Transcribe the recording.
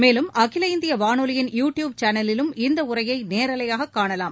மேலும் அகில இந்திய வானொலியின் யுடியூப் சேனலிலும் இந்த உரையை நேரலையாக காணலாம்